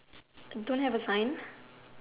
don't have a sign